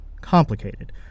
complicated